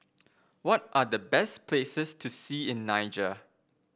what are the best places to see in Niger